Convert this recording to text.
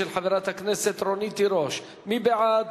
של חברת הכנסת רונית תירוש, מי בעד?